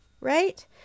right